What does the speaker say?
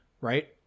right